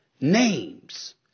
names